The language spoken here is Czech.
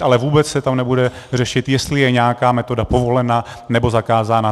Ale vůbec se tam nebude řešit, jestli je nějaká metoda povolena, nebo zakázána.